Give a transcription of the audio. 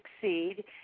succeed